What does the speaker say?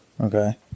Okay